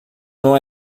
não